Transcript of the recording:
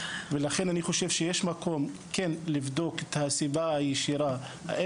ולכן אני חושב שיש מקום כן לבדוק את הסיבה הישיבה אם